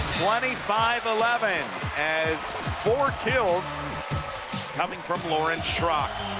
twenty five eleven as four kills coming from lauren schrock.